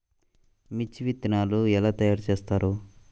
మిర్చి విత్తనాలు ఎలా తయారు చేస్తారు?